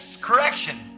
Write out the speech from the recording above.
correction